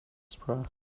express